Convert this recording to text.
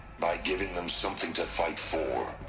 by giving them something to fight for.